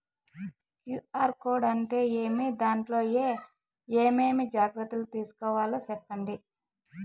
QR code అంటే ఏమి? దాంట్లో ఏ ఏమేమి జాగ్రత్తలు తీసుకోవాలో సెప్పండి?